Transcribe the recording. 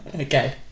Okay